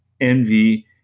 envy